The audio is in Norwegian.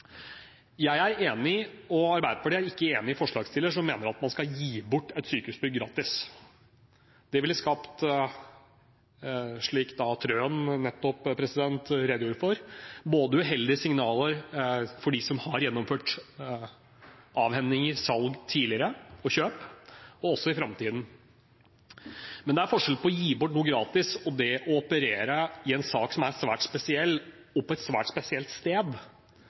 og jeg er ikke enig med forslagsstillerne, som mener at man skal gi bort et sykehusbygg gratis. Det ville skapt – slik Trøen nettopp redegjorde for – uheldige signaler både for dem som har gjennomført avhendinger, salg og kjøp tidligere, og for framtiden. Men det er forskjell på å gi bort noe gratis og det å operere i en sak som er svært spesiell og på et svært spesielt sted,